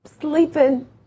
Sleeping